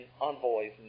envoys